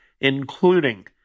including